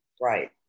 Right